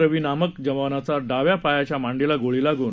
रवी नामक जवानाच्या डाव्या पायाच्या मांडीला गोळी लागली